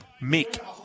Mick